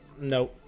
No